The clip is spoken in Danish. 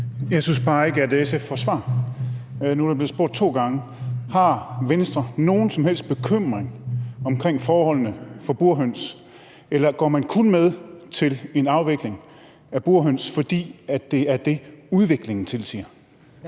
Jeg synes bare ikke, at SF får svar. Nu er der blevet spurgt to gange: Har Venstre nogen som helst bekymring omkring forholdene for burhøns, eller går man kun med til en afvikling af burhøns, fordi det er det, udviklingen tilsiger?